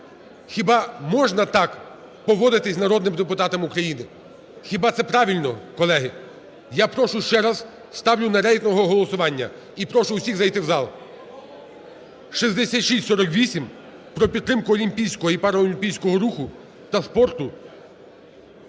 Хіба можна так поводитись народним депутатам України? Хіба це правильно, колеги? Я прошу ще раз, ставлю на рейтингове голосування і прошу усіх зайти в зал. 6648 про підтримку олімпійського і паралімпійського руху та спорту.